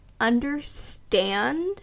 understand